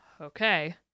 okay